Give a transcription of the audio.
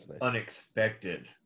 unexpected